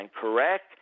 correct